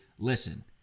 Listen